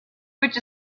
which